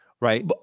right